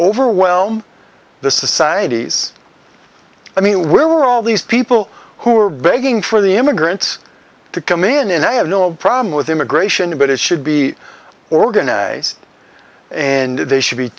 overwhelm the society's i mean we're all these people who are begging for the immigrants to come in and i have no problem with immigration but it should be organized and they should be